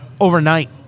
overnight